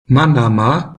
manama